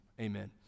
Amen